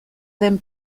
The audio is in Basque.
den